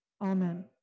Amen